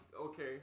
Okay